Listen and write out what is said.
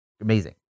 amazing